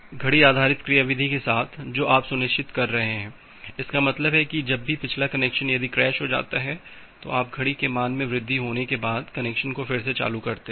तो इस घड़ी आधारित क्रियाविधि के साथ जो आप सुनिश्चित कर रहे हैं इसका मतलब है कि जब भी पिछला कनेक्शन यदि क्रैश हो जाता है तो आप घड़ी के मान में वृद्धि होने के बाद कनेक्शन को फिर से चालू करते हैं